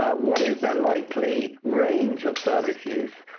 what is their likely range of service use,